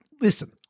Listen